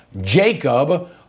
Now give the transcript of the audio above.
Jacob